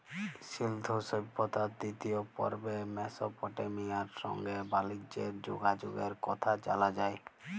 সিল্ধু সভ্যতার দিতিয় পর্বে মেসপটেমিয়ার সংগে বালিজ্যের যগাযগের কথা জালা যায়